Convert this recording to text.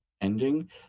ending